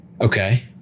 Okay